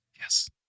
Yes